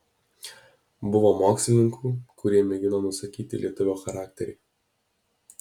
buvo mokslininkų kurie mėgino nusakyti lietuvio charakterį